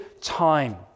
time